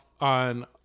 on